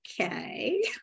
okay